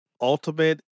Ultimate